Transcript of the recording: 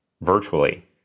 virtually